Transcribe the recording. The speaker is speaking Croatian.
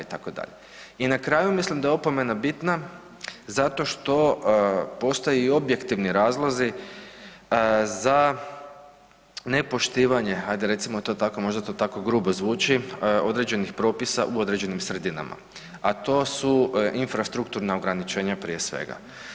I na kraju, mislim da je opomena bitna zato što postoje i objektivni razlozi za nepoštivanje, hajde recimo to tako, možda to tako grubo zvuči određenih propisa u određenim sredinama, a to su infrastrukturna ograničenja prije svega.